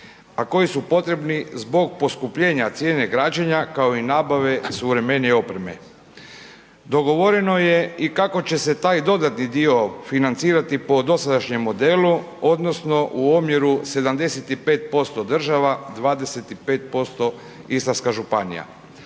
a koji su potrebni zbog poskupljenja cijene građenja kao i nabave suvremenije opreme. Dogovoreno je i kako će se taj dodatni dio financirati po dosadašnjem modelu odnosno u omjeru 75% država, 25% Istarska županija.